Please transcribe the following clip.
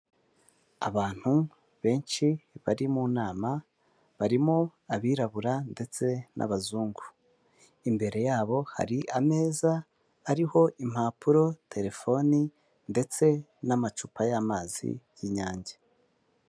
Abantu benshi bari mu nama, barimo abirabura ndetse n'abazungu. Imbere yabo hari ameza ariho impapuro, telefoni ndetse n'amacupa y'amazi y'inyange.